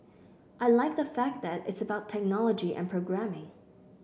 I like the fact that it's about technology and programming